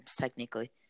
technically